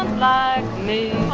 like me.